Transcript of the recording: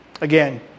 Again